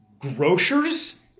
Grocers